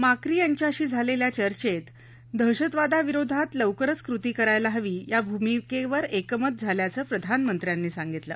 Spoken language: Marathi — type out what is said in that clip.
माक्री यांच्याशी झालेल्या चर्चेत दहशतवादाविरोधात लवकरच कृती करायला हवी या भूमिकेवर एकमत झाल्याचं प्रधानमंत्र्यांनी सांगितलं